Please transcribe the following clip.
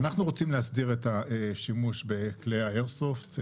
אנחנו רוצים להסדיר את השימוש בכלי האיירסופט.